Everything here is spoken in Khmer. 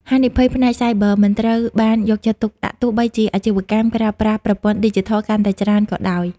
ហានិភ័យផ្នែកសាយប័រ មិនត្រូវបានយកចិត្តទុកដាក់ ទោះបីជាអាជីវកម្មប្រើប្រាស់ប្រព័ន្ធឌីជីថលកាន់តែច្រើនក៏ដោយ។